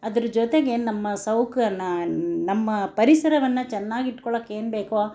ಅದರ ಜೊತೆಗೆ ನಮ್ಮ ಸೌಕನ್ನ ನಮ್ಮ ಪರಿಸರವನ್ನು ಚೆನ್ನಾಗಿ ಇಟ್ಕೊಳಕ್ಕೆ ಏನು ಬೇಕೋ